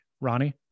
Ronnie